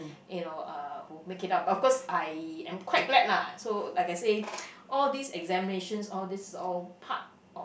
you know uh who make it up of course I am quite glad lah so like I say all this examinations all this all part of